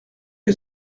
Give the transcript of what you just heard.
que